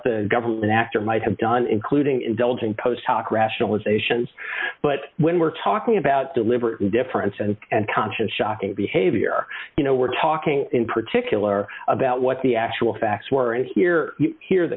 the government after might have done including indulging post hoc rationalization but when we're talking about deliberate indifference and and conscious shocking behavior you know we're talking in particular about what the actual facts were and here here